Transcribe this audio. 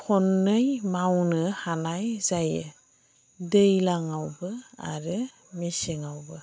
खननै मावनो हानाय जायो दैज्लांआवबो आरो मेसेंआवबो